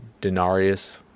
Denarius